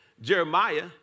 Jeremiah